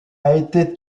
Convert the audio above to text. été